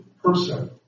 person